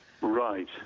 Right